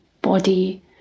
body